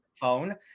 phone